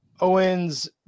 Owens